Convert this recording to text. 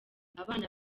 abana